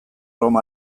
room